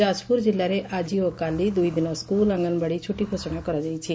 ଯାକପୁର ଜିଲ୍ଲାରେ ଆକି ଓ କାଲି ଦୁଇଦିନ ସ୍କୁଲ୍ ଅଙ୍ଗନବାଡ଼ି ଛୁଟି ଘୋଷଣା କରାଯାଇଛି